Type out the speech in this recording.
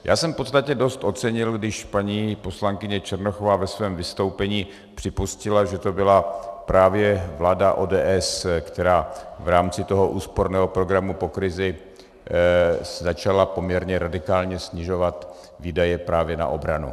Já jsem v podstatě dost ocenil, když paní poslankyně Černochová ve svém vystoupení připustila, že to byla právě vláda ODS, která v rámci toho úsporného programu po krizi začala poměrně radikálně snižovat výdaje na obranu.